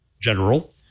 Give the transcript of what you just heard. general